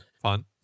fun